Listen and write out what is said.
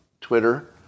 Twitter